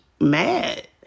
mad